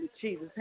Jesus